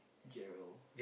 Gerald